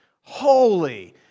holy